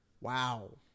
Wow